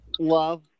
Love